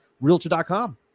Realtor.com